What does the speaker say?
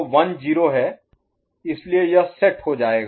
तो 1 0 है इसलिए यह सेट हो जाएगा